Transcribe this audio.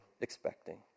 expecting